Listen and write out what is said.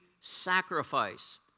sacrifice